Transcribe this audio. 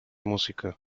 música